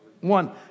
One